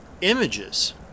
images